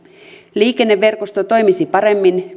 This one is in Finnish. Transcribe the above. liikenneverkosto toimisi paremmin